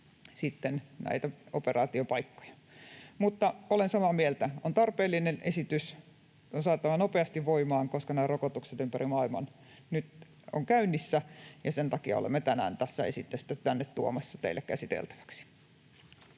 näitä operaatiopaikkoja. Mutta olen samaa mieltä: Tämä on tarpeellinen esitys, ja se on saatava nopeasti voimaan, koska nämä rokotukset ympäri maailman nyt ovat käynnissä. Sen takia olemme tänään tuomassa esitystä tänne teille käsiteltäväksi.